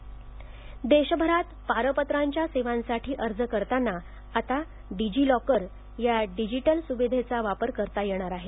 passport देशभरांत पारपत्रांच्या सेवांसाठी अर्ज करताना आता डीजीलॉकर या डिजीटल सुविधेचा वापर करता येणार आहे